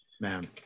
man